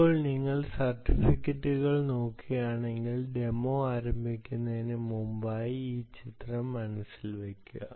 ഇപ്പോൾ നിങ്ങൾ സർട്ടിഫിക്കറ്റുകൾ നോക്കുകയാണെങ്കിൽ ഡെമോ ആരംഭിക്കുന്നതിന് മുമ്പായി ഈ ചിത്രം മനസ്സിൽ വയ്ക്കുക